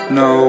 no